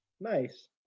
Nice